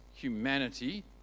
humanity